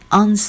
on